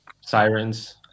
sirens